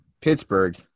Pittsburgh